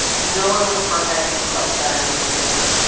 no one was contacting clubs about emily anymore.